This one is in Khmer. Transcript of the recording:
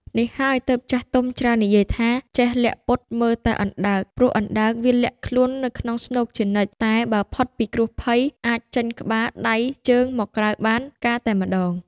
នេះហើយទើបចាស់ទុំច្រើននិយាយថា "ចេះលាក់ពុតមើលតែអណ្ដើក" ព្រោះអណ្ដើកវាលាក់ខ្លួននៅក្នុងស្នូកជានិច្ច តែបើផុតពីគ្រោះភ័យ អាចចេញក្បាល ដៃ ជើង មកក្រៅបានការតែម្តង។